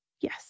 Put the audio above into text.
yes